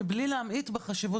מבלי להמעיט בחשיבות של העניין.